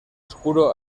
oscuro